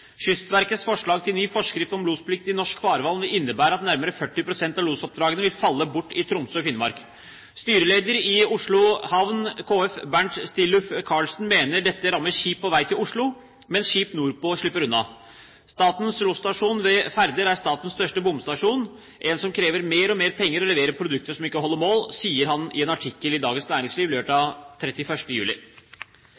Kystverkets forslag til ny forskrift om losplikt i norsk farvann innebærer at nærmere 40 pst. av losoppdragene vil falle bort i Tromsø og Finnmark. Styrelederen i Oslo Havn KF, Bernt Stilluf Karlsen, mener dette rammer skip på vei til Oslo, mens skip nordpå slipper unna. Statens losstasjon ved Færder er statens største bomstasjon, en som krever mer og mer penger og leverer produkter som ikke holder mål, sier han i en artikkel i Dagens Næringsliv